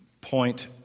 point